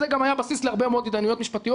זה גם היה בסיס להרבה מאוד התדיינויות משפטית